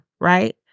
right